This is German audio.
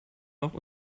noch